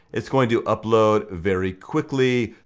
it's going to upload very quickly.